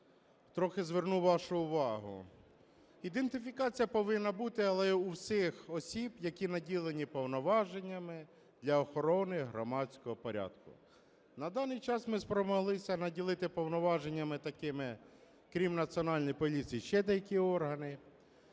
трохи зверну вашу увагу. Ідентифікація повинна бути, але в усіх осіб, які наділені повноваженнями, для охорони громадського порядку. На даний час ми спромоглися наділити повноваженнями такими, крім Національної поліції, ще деякі органи.